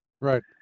Right